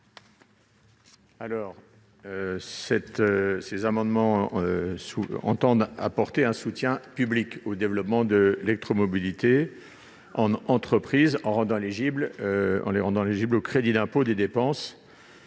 ? Ces amendements identiques visent à apporter un soutien public au développement de l'électromobilité en entreprise, en rendant éligibles au crédit d'impôt des dépenses